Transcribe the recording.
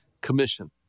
commission